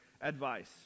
advice